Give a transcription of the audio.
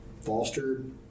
fostered